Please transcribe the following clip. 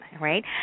right